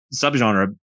subgenre